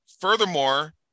furthermore